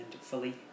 fully